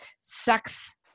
sex